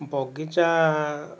ବଗିଚା